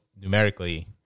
numerically